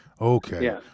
Okay